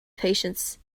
patience